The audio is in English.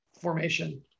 formation